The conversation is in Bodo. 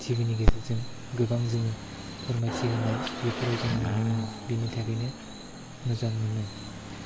टिभिनि गेजेरजों गोबां जोङो फोरमायथिहोनाय बेफोराव जों नुनो मोनो बिनि थाखायनो मोजां मोनो